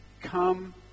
come